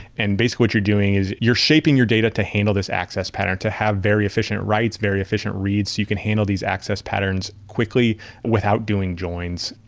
and basically what you're doing is you're shaping your data to handle this access pattern to have very efficient writes, very efficient reads so you can handle these access patterns quickly without doing joins.